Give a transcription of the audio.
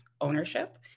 ownership